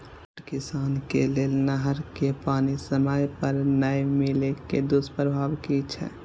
छोट किसान के लेल नहर के पानी समय पर नै मिले के दुष्प्रभाव कि छै?